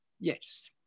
Yes